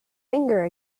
finger